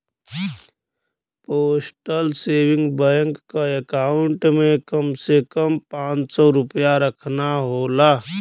postal saving bank क account में कम से कम पांच सौ रूपया रखना होला